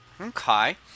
Okay